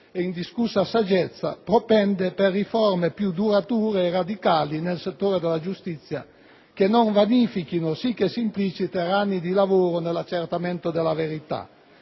e indiscussa saggezza, propende per riforme più durature e radicali nel settore della giustizia, che non vanifichino *sic et simpliciter* anni di lavoro nell'accertamento della verità.